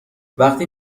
وقتی